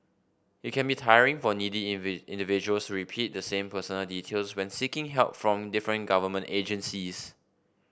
it can be tiring for needy individuals to repeat the same personal details when seeking help from different government agencies